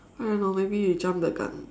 I don't know maybe you jumped the gun